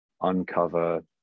uncover